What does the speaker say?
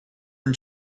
and